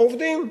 העובדים.